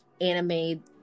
anime